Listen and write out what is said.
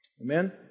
Amen